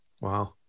Wow